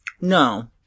no